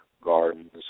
gardens